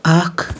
اکھ